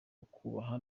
ukubaha